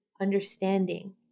understanding